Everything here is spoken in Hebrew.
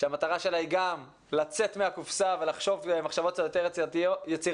שהמטרה שלה היא גם לצאת מהקופסה ולחשוב מחשבות קצת יותר יצירתיות,